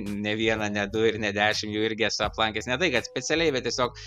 ne vieną ne du ir ne dešim jau irgi esu aplankęs ne tai kad specialiai bet tiesiog